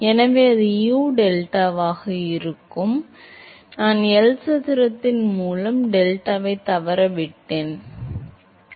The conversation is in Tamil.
எனவே அது u டெல்டாவாக இருக்கும் ஓ நான் L சதுரத்தின் மூலம் ஒரு L U டெல்டாவை தவறவிட்டேன் அதாவது oh U ஸ்கொயர் டெல்டாவை L சதுரம் சரி